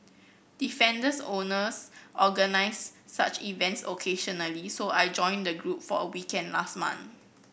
defenders owners organise such events occasionally so I joined the group for a weekend last month